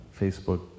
Facebook